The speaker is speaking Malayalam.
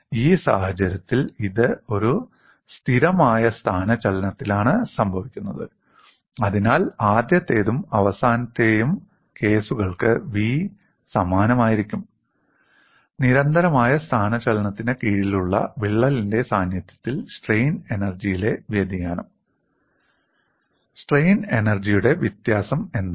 ഈ സാഹചര്യത്തിൽ ഇത് ഒരു സ്ഥിരമായ സ്ഥാനചലനത്തിലാണ് സംഭവിക്കുന്നത് അതിനാൽ ആദ്യത്തെയും അവസാനത്തെയും കേസുകൾക്ക് 'V' സമാനമായിരിക്കും നിരന്തരമായ സ്ഥാനചലനത്തിന് കീഴിലുള്ള വിള്ളലിന്റെ സാന്നിധ്യത്തിൽ സ്ട്രെയിൻ എനർജിയിലെ വ്യതിയാനം സ്ട്രെയിൻ എനർജിയുടെ വ്യത്യാസം എന്താണ്